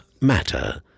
matter